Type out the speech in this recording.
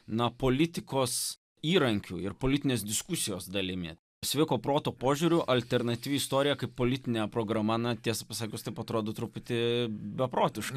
na politikos įrankių ir politinės diskusijos dalimi sveiko proto požiūriu alternatyvi istorija kaip politinė programa na tiesą pasakius taip atrodo truputį beprotiška